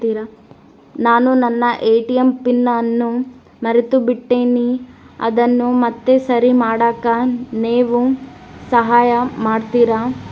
ನಾನು ನನ್ನ ATM PIN ಅನ್ನು ಮರೆತುಬಿಟ್ಟೇನಿ ಅದನ್ನು ಮತ್ತೆ ಸರಿ ಮಾಡಾಕ ನೇವು ಸಹಾಯ ಮಾಡ್ತಿರಾ?